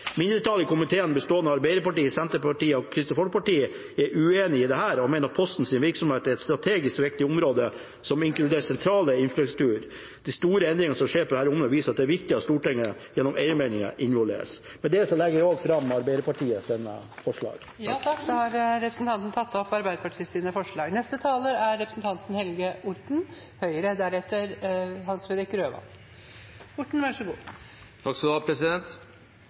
Mindretallet i komiteen, bestående av Arbeiderpartiet, Senterpartiet og Kristelig Folkeparti, er uenig i dette og mener at Postens virksomhet er et strategisk viktig område som inkluderer sentral infrastruktur. De store endringene som skjer på dette området, viser at det er viktig at Stortinget gjennom en eiermelding involveres. Jeg tar opp det forslaget som Arbeiderpartiet, Kristelig Folkeparti og Senterpartiet har fremmet i innstillingen. Representanten Kjell-Idar Juvik har tatt opp